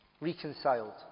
reconciled